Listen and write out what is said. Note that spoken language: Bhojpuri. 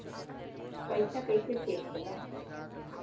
पैसा कइसे चेक होला?